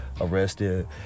arrested